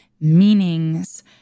meanings